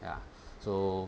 ya so